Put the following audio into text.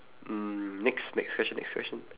mm next next question next question